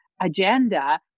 agenda